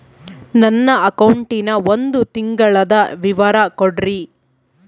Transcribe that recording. ನನ್ನ ಅಕೌಂಟಿನ ಒಂದು ತಿಂಗಳದ ವಿವರ ಕೊಡ್ರಿ?